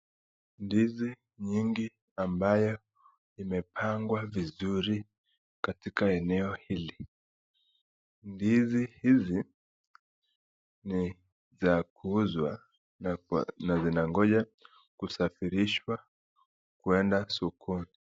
Ndizi nyingi ambayo imepangwa vizuri katika eneo hili. Ndizi hizi ni za kuuzwa na zina ngoja kusafirishwa kuenda sokoni.